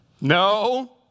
No